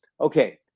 okay